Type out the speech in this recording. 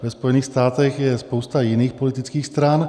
Ve Spojených státech je spousta jiných politických stran.